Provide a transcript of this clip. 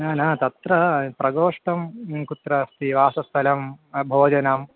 न न तत्र प्रकोष्ठं कुत्र अस्ति वासस्थलं भोजनम्